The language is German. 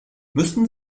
müssen